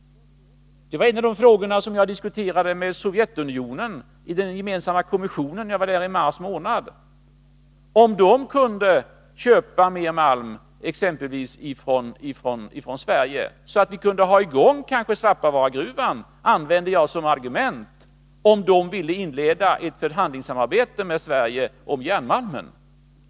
Det var en av de frågor som jag diskuterade med Sovjetunionen i den gemensamma kommissionen när jag var där i mars månad — om de kunde köpa mer malm ifrån Sverige så att vi kanske kunde ha igång Svappavaaragruvan. Det använde jag som ett argument, om de ville inleda ett förhandlingssamarbete med Sverige om järnmalm.